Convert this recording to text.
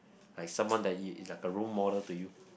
like someone that you is like a role model to you